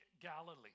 Galilee